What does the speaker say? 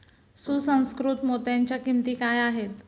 सुसंस्कृत मोत्यांच्या किंमती काय आहेत